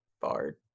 bard